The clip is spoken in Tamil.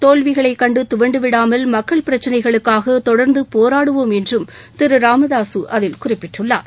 தோல்விகளை கண்டு துவண்டு விடாமல் மக்கள் பிரச்சினைகளுக்காக தொடர்ந்து போராடுவோம் என்றும் திரு ராமதாசு அதில் குறிப்பிட்டுள்ளார்